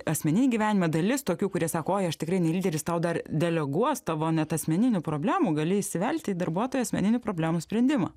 asmeninį gyvenimą dalis tokių kurie sako aš tikrai ne lyderis tau dar deleguos tavo net asmeninių problemų gali įsivelti į darbuotojų asmeninių problemų sprendimą